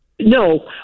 No